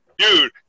dude